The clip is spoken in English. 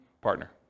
partner